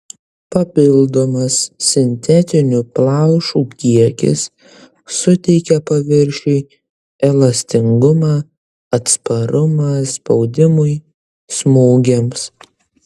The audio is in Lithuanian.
papildomas sintetinių plaušų kiekis suteikia paviršiui elastingumą atsparumą spaudimui smūgiams